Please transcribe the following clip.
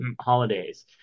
holidays